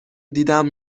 دیدم